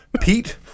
Pete